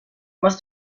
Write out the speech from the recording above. must